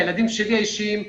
הילדים שלי האישיים,